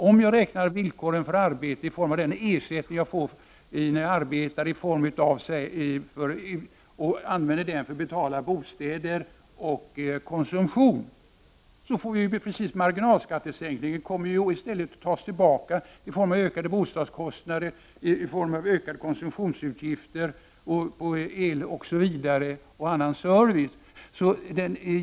Om jag räknar villkoren för arbete i form av den ersättning jag får när jag arbetar och använder den ersättningen för att betala bostad och konsumtion, kommer marginalskattesänkningen att tas tillbaka genom ökade bostadskostnader, ökade konsumtionsutgifter, dyrare el och annan service.